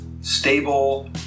stable